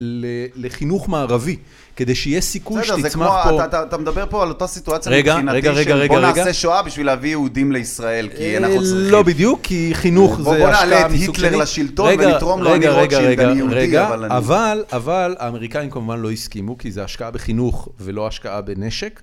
לחינוך מערבי, כדי שיהיה סיכוי שתצמח פה... אתה מדבר פה על אותה סיטואציה מבחינתי, שבוא נעשה שואה בשביל להביא יהודים לישראל, כי אנחנו צריכים... לא בדיוק, כי חינוך זה... בוא נעלה את היטלר לשלטון, ונתרום לו מרוטשילד, אני יהודי, אבל אני...רגע, אבל האמריקאים כמובן לא הסכימו, כי זה השקעה בחינוך ולא השקעה בנשק.